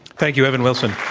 thank you, evan wolfson.